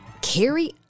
Carrie